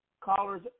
Callers